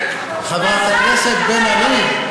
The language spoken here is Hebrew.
חברת הכנסת בן ארי,